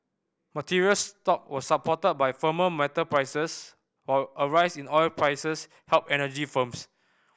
materials stock were supported by firmer metal prices while a rise in oil prices helped energy firms